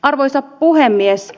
arvoisa puhemies